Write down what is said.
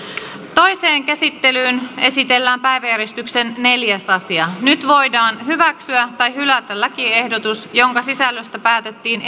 toiseen käsittelyyn esitellään päiväjärjestyksen neljäs asia nyt voidaan hyväksyä tai hylätä lakiehdotus jonka sisällöstä päätettiin